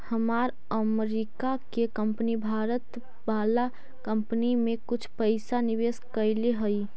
हमार अमरीका के कंपनी भारत वाला कंपनी में कुछ पइसा निवेश कैले हइ